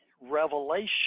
revelation